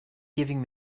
giving